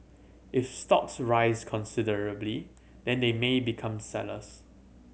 if stocks rise considerably then they may become sellers